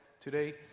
today